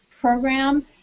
program